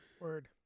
Word